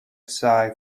psi